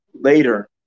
later